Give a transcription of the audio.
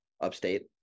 upstate